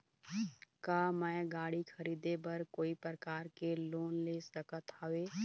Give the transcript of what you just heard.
का मैं गाड़ी खरीदे बर कोई प्रकार के लोन ले सकत हावे?